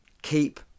keep